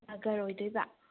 ꯑꯥꯒꯔ ꯑꯣꯏꯗꯣꯏꯕ